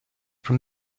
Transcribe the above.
from